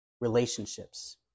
Relationships